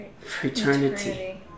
fraternity